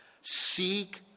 Seek